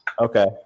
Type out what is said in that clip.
okay